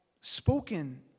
spoken